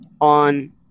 on